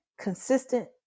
consistent